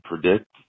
predict